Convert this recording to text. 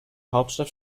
hauptstadt